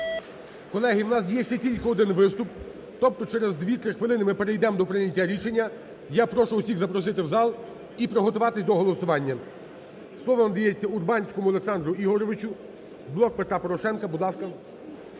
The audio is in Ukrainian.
Колеги, у нас є ще тільки один виступ. Тобто через 2-3 хвилини ми перейдемо до прийняття рішення. Я прошу всіх запросити в зал і приготуватись до голосування. Слово надається Урбанському Олександру Ігоровичу, "Блок Петра Порошенка". Будь ласка.